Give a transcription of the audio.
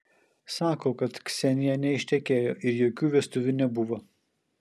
sako kad ksenija neištekėjo ir jokių vestuvių nebuvo